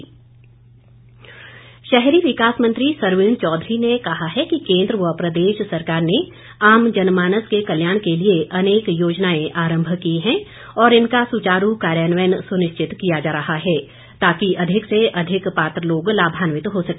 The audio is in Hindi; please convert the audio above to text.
सरवीन शहरी विकास मंत्री सरवीन चौधरी ने कहा है कि केंद्र व प्रदेश सरकार ने आम जनमानस के कल्याण के लिए अनेक योजनाएं आरम्भ की हैं और इनका सुचारू कार्यान्वयन सुनिश्चित किया जा रहा है ताकि अधिक से अधिक पात्र लोग लाभान्वित हो सके